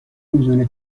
میدونه